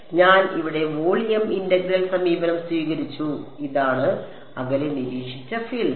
അതിനാൽ ഞാൻ ഇവിടെ വോളിയം ഇന്റഗ്രൽ സമീപനം സ്വീകരിച്ചു ഇതാണ് അകലെ നിരീക്ഷിച്ച ഫീൽഡ്